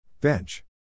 Bench